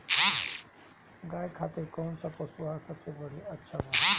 गाय खातिर कउन सा पशु आहार सबसे अच्छा बा?